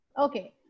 Okay